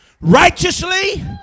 righteously